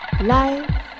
life